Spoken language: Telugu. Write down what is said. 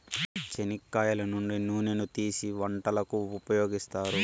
చెనిక్కాయల నుంచి నూనెను తీసీ వంటలకు ఉపయోగిత్తారు